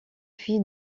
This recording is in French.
fille